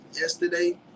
yesterday